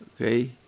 okay